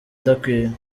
idakwiye